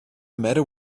matter